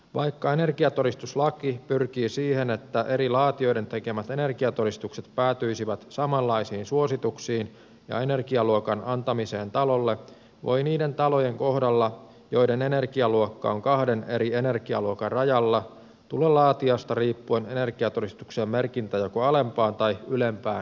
vaikka energiatodistuslaki pyrkii siihen että eri laatijoiden tekemät energiatodistukset päätyisivät samanlaisiin suosituksiin ja energialuokan antamiseen talolle voi niiden talojen kohdalla joiden energialuokka on kahden eri energialuokan rajalla tulla laatijasta riippuen energiatodistukseen merkintä joko alempaan tai ylempään energialuokkaan